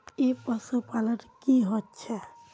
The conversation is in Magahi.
ई पशुपालन की होचे?